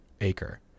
acre